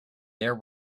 there